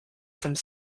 some